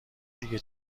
دیگه